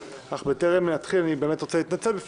אך בטרם נתחיל אני רוצה להתנצל בפני